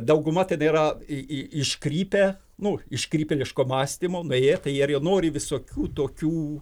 dauguma tenai yra į į iškrypę nu iškrypėliško mąstymo nuėję tai jie nori visokių tokių